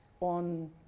on